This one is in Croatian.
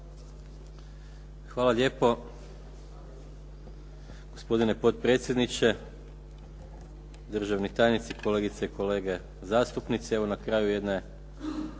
Hvala lijepo, gospodine potpredsjedniče. Državni tajnici, kolegice i kolege zastupnici. Evo na kraju jedne